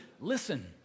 listen